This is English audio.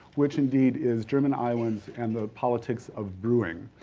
which indeed is german iowans and the politics of brewing.